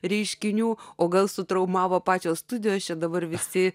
reiškinių o gal su traumavo pačios studijose dabar visi